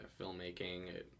filmmaking